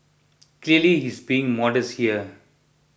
clearly he's being modest here